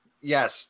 Yes